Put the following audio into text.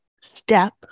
Step